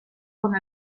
con